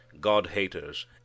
god-haters